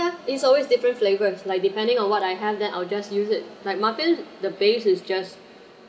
it's always different flavors like depending on what I have then I will just use it like muffin the base is just